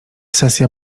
sesja